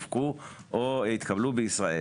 הופקו או התקבלו בישראל.